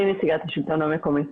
אני נציגת השלטון המקומי.